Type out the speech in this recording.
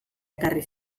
ekarri